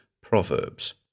Proverbs